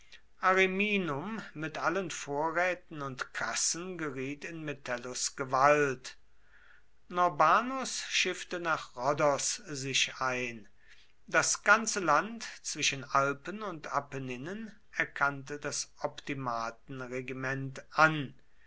ariminum mit allen vorräten und kassen geriet in metellus gewalt norbanus schiffte nach rhodos sich ein das ganze land zwischen alpen und apenninen erkannte das optimatenregiment an